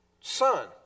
son